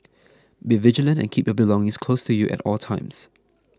be vigilant and keep your belongings close to you at all times